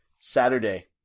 Saturday